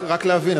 רק להבין,